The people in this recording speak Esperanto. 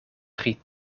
pri